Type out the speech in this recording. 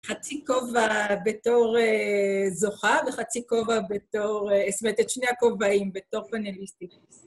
חצי כובע בתור זוכה וחצי כובע בתור, זאת אומרת, את שני הכובעים בתור פנאליסטיקוס.